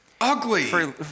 Ugly